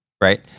Right